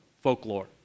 folklore